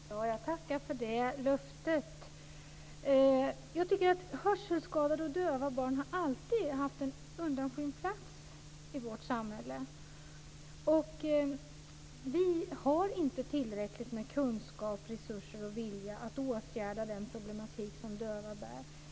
Fru talman! Jag tackar för det löftet. Jag tycker att hörselskadade och döva barn alltid har haft en undanskymd plats i vårt samhälle. Vi har inte tillräckligt med kunskap, resurser och vilja att åtgärda den problematik som döva bär.